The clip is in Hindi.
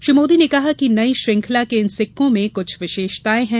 श्री मोदी ने कहा कि नई श्रंखला के इन सिक्को में कुछ विशेषताएं हैं